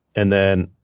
and then,